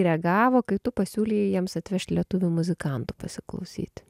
reagavo kai tu pasiūlei jiems atvežt lietuvių muzikantų pasiklausyti